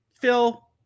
Phil